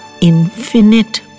infinite